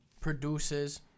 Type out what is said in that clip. produces